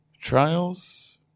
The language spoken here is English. trials